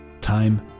time